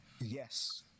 yes